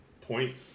point